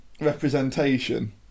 representation